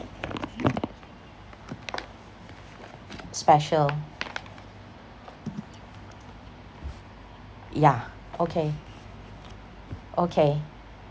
special yeah okay okay